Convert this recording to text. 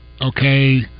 okay